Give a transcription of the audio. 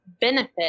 benefit